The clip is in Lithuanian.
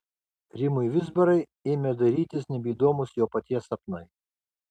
rimui vizbarai ėmė darytis nebeįdomūs jo paties sapnai